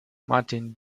martin